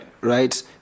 right